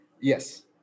Yes